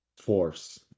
force